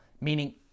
meaning